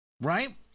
Right